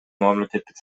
мамлекеттик